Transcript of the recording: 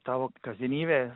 tavo kasdienybė